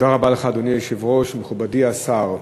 אדוני היושב-ראש, תודה רבה לך, מכובדי השר,